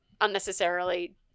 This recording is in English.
unnecessarily